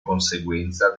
conseguenza